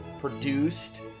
produced